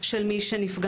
של מי שנפגע.